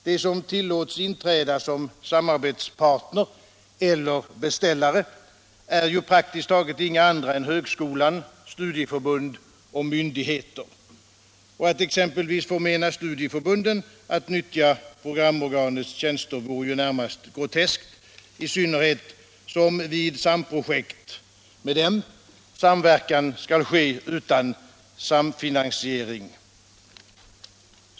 De som tillåts inträda som samarbetspartner eller beställare är ju praktiskt taget inga andra än högskolor, studieförbund och myndigheter. Att exempelvis förmena studieförbunden att nyttja programorganets tjänster vore närmast groteskt, i synnerhet som vid samproduktion med dem samverkan skall ske utan samfinansiering.